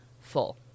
full